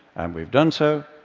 and we've done so,